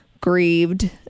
grieved